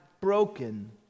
broken